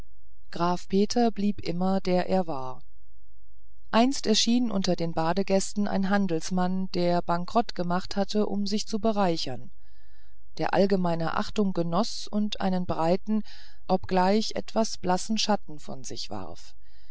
graf peter blieb immer der er war einst erschien unter den badegästen ein handelsmann der bankerot gemacht hatte um sich zu bereichern der allgemeiner achtung genoß und einen breiten obgleich etwas blassen schatten von sich warf